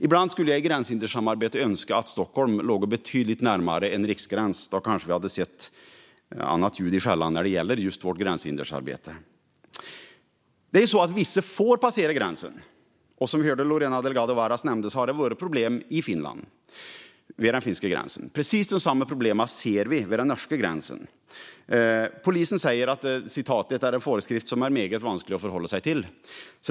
Ibland i gränshindersamarbetet skulle jag önska att Stockholm låg betydligt närmare en riksgräns - då hade vi kanske fått annat ljud i skällan gällande vårt gränshinderarbete. Vissa får passera gränsen. Vi hörde Lorena Delgado Varas nämna att det har varit problem vid den finska gränsen. Precis samma problem ser vi vid den norska gränsen. Polisen säger: Det er en forskrift som er meget vanskelig att forholde seg til.